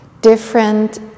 different